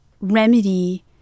remedy